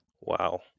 Wow